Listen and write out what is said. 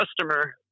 customer